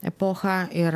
epocha ir